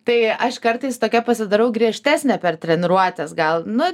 tai aš kartais tokia pasidarau griežtesnė per treniruotes gal nu